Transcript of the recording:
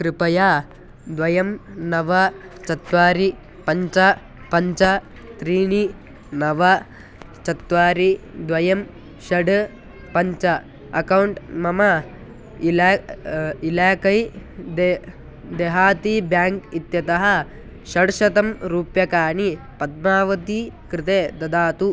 कृपया द्वयं नव चत्वारि पञ्च पञ्च त्रीणि नव चत्वारि द्वयं षड् पञ्च अकौण्ट् मम इला इलेकै दे देहाती बेङ्क् इत्यतः षड्शतं रूप्यकाणि पद्मावती कृते ददातु